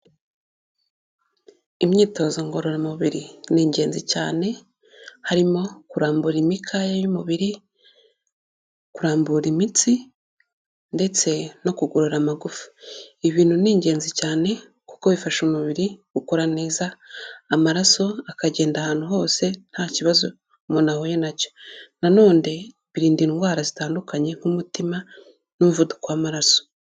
Imyitozo ngororamubiri ni ingenzi cyane, harimo kurambura imikaya y'umubiri, kurambura imitsi ndetse no kugorora amagufa. Ibi bintu ni ingenzi cyane kuko bifasha umubiri gukora neza, amaraso akagenda ahantu hose nta kibazo umuntu ahuye na cyo, na none birinda indwara zitandukanye nk'umutima n'umuvuduko w'amaraso.